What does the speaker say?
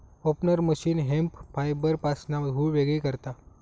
opener machine hemp फायबरपासना धुळ वेगळी करता